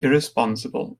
irresponsible